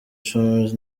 cumi